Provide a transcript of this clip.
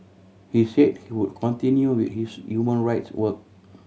he said he would continue with his human rights work